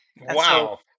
Wow